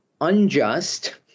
unjust